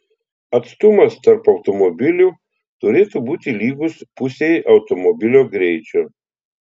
atstumas tarp automobilių turėtų būti lygus pusei automobilio greičio